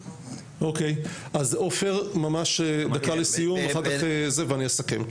אוקי, אז עופר ממש דקה לסיום, ואחר כך אני אסכם.